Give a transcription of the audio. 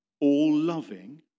all-loving